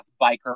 biker